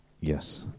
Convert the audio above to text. Yes